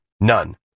None